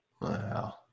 Wow